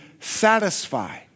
satisfy